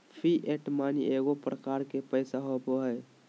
fiat money एगो प्रकार के पैसा होबो हइ